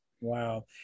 Wow